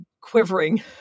quivering